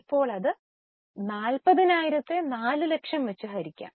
ഇപ്പോൾ അത് 40000ത്തെ 4ലക്ഷം വച്ച് ഹരിക്കും